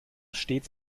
stets